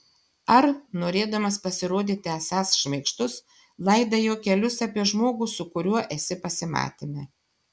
ar norėdamas pasirodyti esąs šmaikštus laidai juokelius apie žmogų su kuriuo esi pasimatyme